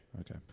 Okay